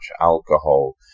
alcohol